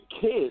kids